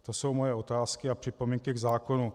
To jsou moje otázky a připomínky k zákonu.